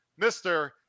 Mr